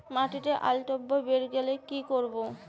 মাটিতে অম্লত্ব বেড়েগেলে কি করব?